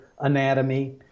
anatomy